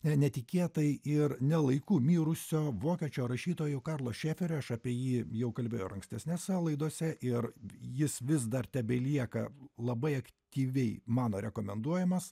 ne netikėtai ir ne laiku mirusio vokiečių rašytojo karlo šeferio aš apie jį jau kalbėjau ir ankstesnėse laidose ir jis vis dar tebelieka labai aktyviai mano rekomenduojamas